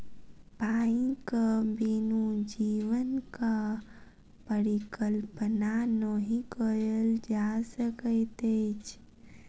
पानिक बिनु जीवनक परिकल्पना नहि कयल जा सकैत अछि